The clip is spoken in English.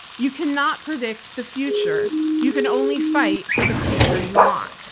you cannot predict the future, you can only fight for the future you want.